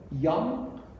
young